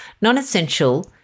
Non-essential